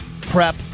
prep